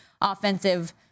offensive